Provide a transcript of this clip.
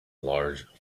large